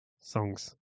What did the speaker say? songs